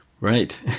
Right